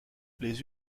les